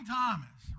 Thomas